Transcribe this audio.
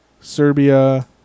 Serbia